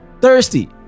Thirsty